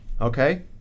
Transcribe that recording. Okay